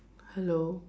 hello